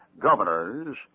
governors